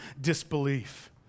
disbelief